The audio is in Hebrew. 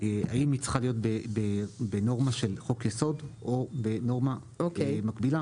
האם היא צריכה להיות בנורמה של חוק-יסוד או בנורמה מקבילה,